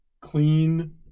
clean